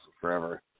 forever